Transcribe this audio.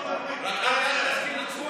רק אל תזכיר את שמו,